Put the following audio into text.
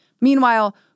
Meanwhile